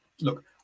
look